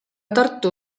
tartu